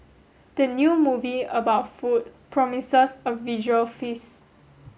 the new movie about food promises a visual feast